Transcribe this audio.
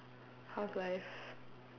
how's life